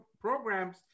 programs